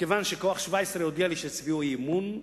כיוון ש"כוח 17" הודיע לי שיצביעו אי-אמון,